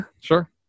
sure